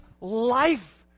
life